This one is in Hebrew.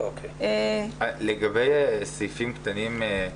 לגבי סעיף קטן (13),